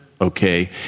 okay